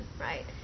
right